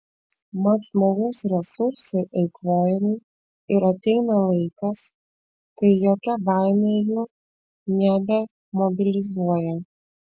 mat žmogaus resursai eikvojami ir ateina laikas kai jokia baimė jų nebemobilizuoja